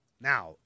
Now